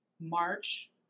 March